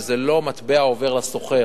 וזה לא מטבע עובר לסוחר,